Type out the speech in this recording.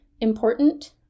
important